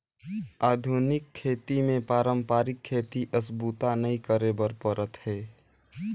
आधुनिक खेती मे पारंपरिक खेती अस बूता नइ करे बर परत हे